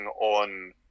on